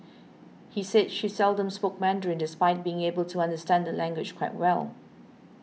he said she seldom spoke Mandarin despite being able to understand the language quite well